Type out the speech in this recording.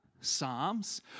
Psalms